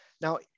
Now